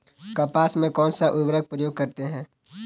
कपास में कौनसा उर्वरक प्रयोग करते हैं?